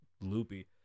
loopy